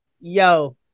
Yo